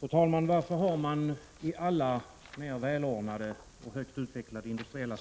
Fru talman! Varför har man i alla mer välordnade och högt utvecklade industriella